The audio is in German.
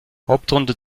hauptrunde